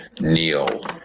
Neil